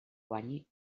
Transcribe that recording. guanyi